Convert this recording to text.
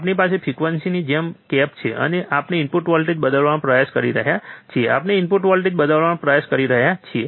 આપણી પાસે ફ્રિક્વન્સી જેમ છે તેમ કેપ છે અને આપણે ઇનપુટ વોલ્ટેજ બદલવાનો પ્રયાસ કરી રહ્યા છીએ આપણે ઇનપુટ વોલ્ટેજ બદલવાનો પ્રયાસ કરી રહ્યા છીએ